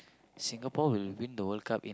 Singapore will win the World Cup in